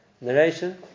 narration